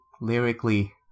lyrically